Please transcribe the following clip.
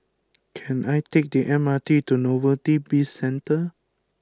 can I take the M R T to Novelty Bizcentre